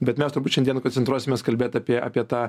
bet mes turbūt šiandien koncentruosimės kalbėt apie apie tą